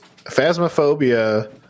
Phasmophobia